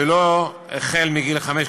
ולא החל מגיל חמש,